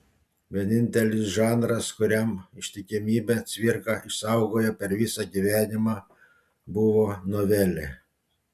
vienintelis žanras kuriam ištikimybę cvirka išsaugojo per visą gyvenimą buvo novelė